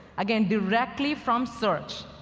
again, directly from search.